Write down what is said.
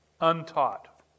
untaught